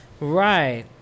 Right